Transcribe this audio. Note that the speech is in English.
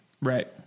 Right